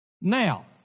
Now